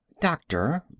Doctor